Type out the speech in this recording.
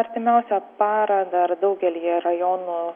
artimiausią parą dar daugelyje rajonų